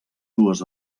dues